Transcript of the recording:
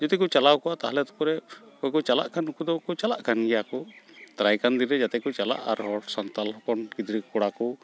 ᱡᱚᱫᱤᱠᱚ ᱪᱟᱞᱟᱣᱠᱚᱜᱼᱟ ᱛᱟᱦᱞᱮ ᱩᱱᱠᱚᱠᱚ ᱪᱟᱞᱟᱜᱠᱟᱱ ᱩᱱᱠᱚᱫᱚ ᱪᱟᱞᱟᱜᱠᱟᱱ ᱜᱮᱭᱟᱠᱚ ᱫᱟᱨᱟᱭᱠᱟᱱ ᱫᱤᱱᱨᱮ ᱡᱟᱛᱮᱠᱚ ᱪᱟᱞᱟᱜ ᱟᱨ ᱦᱚᱲ ᱥᱟᱱᱛᱟᱞ ᱦᱚᱯᱚᱱ ᱜᱤᱫᱽᱨᱟᱹ ᱠᱚᱲᱟᱠᱚ